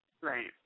Right